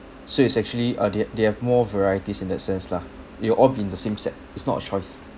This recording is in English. so it's actually uh they they have more varieties in that sense lah they will all be in the same set it's not a choice